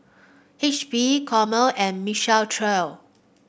H P Chomel and Michael Trio